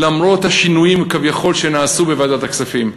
למרות השינויים כשביכול נעשו בוועדת הכספים,